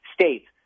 states